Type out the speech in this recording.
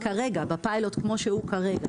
בפיילוט כמו שהוא כרגע,